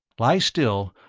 lie still,